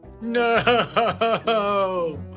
No